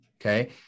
okay